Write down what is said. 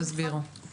תסבירו.